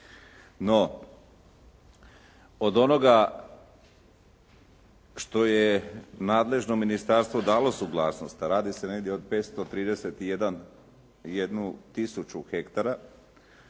No od onoga što je nadležno ministarstvo dalo suglasnost a radi se negdje od 531 tisuću hektara,